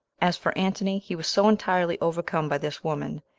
as for antony he was so entirely overcome by this woman,